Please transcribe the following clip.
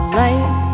light